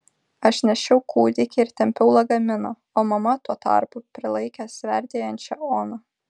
aš nešiau kūdikį ir tempiau lagaminą o mama tuo tarpu prilaikė sverdėjančią oną